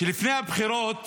שלפני הבחירות